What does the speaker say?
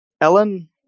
Ellen